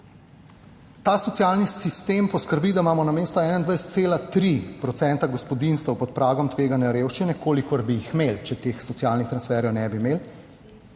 Ta socialni sistem poskrbi, da imamo namesto 21,13 % gospodinjstev pod pragom tveganja revščine, kolikor bi jih imeli, če teh socialnih transferjev ne bi imeli,